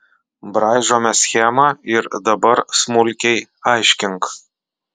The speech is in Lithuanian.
braižome schemą ir dabar smulkiai aiškink